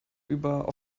über